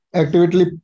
actively